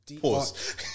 pause